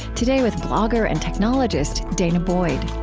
today, with blogger and technologist danah boyd